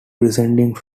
preceding